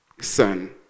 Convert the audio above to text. son